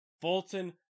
Fulton